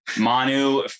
Manu